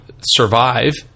survive